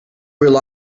rely